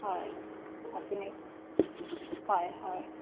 হয় আপুনি হয় হয়